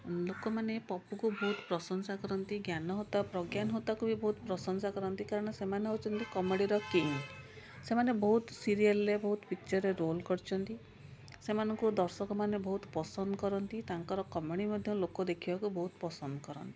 ଲୋକମାନେ ପପୁକୁ ବହୁତ ପ୍ରଶଂସା କରନ୍ତି ଜ୍ଞାନ ହୋତା ପ୍ରଜ୍ଞାନ ହୋତାକୁ ବହୁତ ପ୍ରଶଂସା କରନ୍ତି କାରଣ ସେମାନେ ହେଉଛନ୍ତି କମେଡ଼ିର କିଙ୍ଗ ଏମାନେ ବହୁତ ସିରିଏଲରେ ପିକଚରରେ ରୋଲ କରିଛନ୍ତି ସେମାନଙ୍କୁ ଦର୍ଶକମାନେ ବହୁତ ପସନ୍ଦ କରନ୍ତି ତାଙ୍କର କମେଡ଼ି ମଧ୍ୟ ଲୋକ ଦେଖିବାକୁ ବହୁତ ପସନ୍ଦ କରନ୍ତି